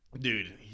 Dude